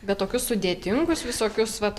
bet tokius sudėtingus visokius vat